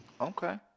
Okay